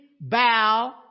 bow